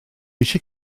eisiau